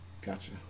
Gotcha